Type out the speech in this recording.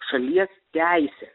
šalies teisė